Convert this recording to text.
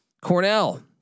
Cornell